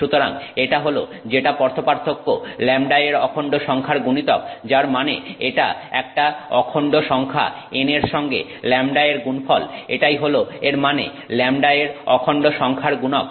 সুতরাং এটা হল যেটা পথপার্থক্য λ এর অখন্ড সংখ্যার গুণিতক যার মানে এটা একটা অখন্ড সংখ্যা n এর সঙ্গে λ এর গুণফল এটাই হলো এর মানে λ এর অখন্ড সংখ্যার গুণক